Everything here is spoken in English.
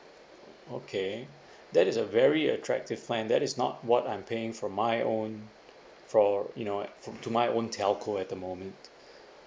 okay that is a very attractive plan that is not what I'm paying for my own for you know what to my own telco at the moment